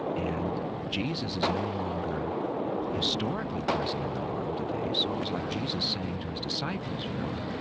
and jesus is no longer historically present in the world today, so it was like jesus saying to his disciples, you know,